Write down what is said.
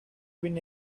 been